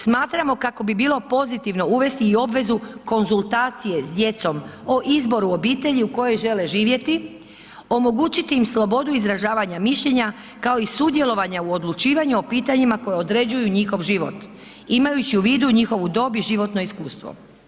Smatram kako bi bilo pozitivno uvesti i obvezu konzultacije s djecom o izboru obitelji u kojoj žele živjeti, omogućiti slobodu izražavanja mišljenja, kao i sudjelovanju o odlučivanju o pitanjima koje određuju njihov život, imajući u vidu njihovu dob i životno iskustvo.